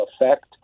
effect